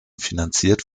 finanziert